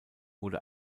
wurde